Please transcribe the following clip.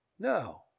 No